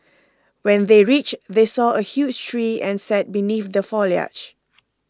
when they reached they saw a huge tree and sat beneath the foliage